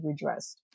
redressed